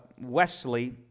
Wesley